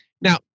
Now